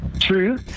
True